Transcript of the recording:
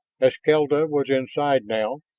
eskelta was inside now,